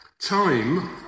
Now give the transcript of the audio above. Time